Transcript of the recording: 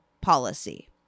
policy